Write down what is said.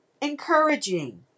encouraging